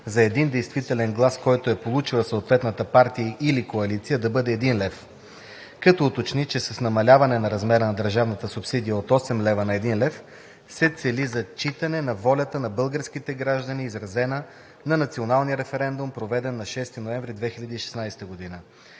за един действителен глас, който е получила съответната партия или коалиция, да бъде 1 лв., като уточни, че с намаляване на размера на държавната субсидия от 8 лв. на 1 лв. се цели зачитане на волята на българските граждани, изразена на националния референдум, проведен на 6 ноември 2016 г.